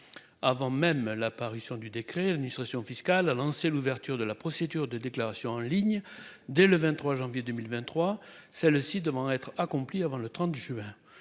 Avant même la parution du décret, administration fiscale, a lancé l'ouverture de la procédure de déclaration en ligne dès le 23 janvier 2023, celle-ci devant être accomplies avant le 30 juin.